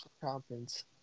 conference